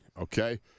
Okay